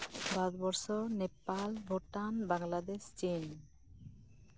ᱵᱷᱟᱨᱚᱛ ᱵᱚᱨᱥᱚ ᱱᱮᱯᱟᱞ ᱵᱷᱩᱴᱟᱱ ᱵᱟᱝᱞᱟᱫᱮᱥ ᱪᱤᱱ